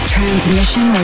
Transmission